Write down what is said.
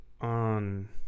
on